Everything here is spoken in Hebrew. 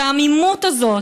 והעמימות הזאת,